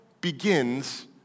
begins